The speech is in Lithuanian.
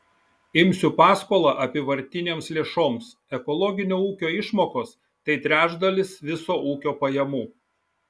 imsiu paskolą apyvartinėms lėšoms ekologinio ūkio išmokos tai trečdalis viso ūkio pajamų